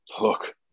look